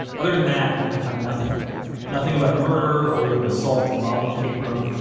other than that, i find nothing nothing about a murder or even assault involving kabrahm,